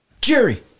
Jerry